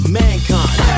mankind